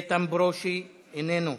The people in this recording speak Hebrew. איתן ברושי, איננו,